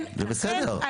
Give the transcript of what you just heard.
זה בסדר,